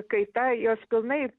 kaita jos pilnai